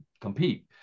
compete